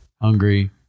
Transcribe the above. Hungry